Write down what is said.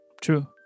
True